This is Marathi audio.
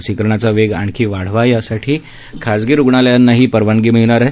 लसीकरणाचा वेग आणखी वाढावा यासाठी खासगी रुग्णालयांनाही परवानगी मिळणार आहे